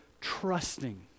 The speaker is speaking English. trusting